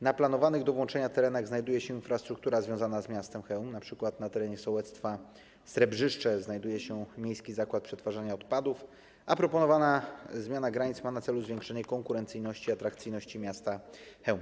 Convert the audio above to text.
Na planowanych do włączenia terenach znajduje się infrastruktura związana z miastem Chełm, np. na terenie sołectwa Srebrzyszcze znajduje się miejski zakład przetwarzania odpadów, a proponowana zmiana granic ma na celu zwiększenie konkurencyjności i atrakcyjności miasta Chełm.